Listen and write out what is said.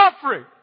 suffering